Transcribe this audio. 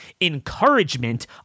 encouragement